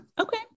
Okay